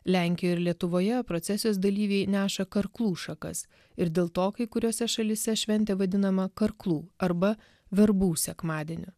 lenkijoje ir lietuvoje procesijos dalyviai neša karklų šakas ir dėl to kai kuriose šalyse šventė vadinama karklų arba verbų sekmadieniu